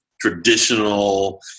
traditional